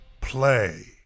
play